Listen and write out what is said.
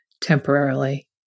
temporarily